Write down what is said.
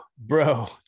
bro